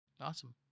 Awesome